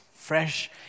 fresh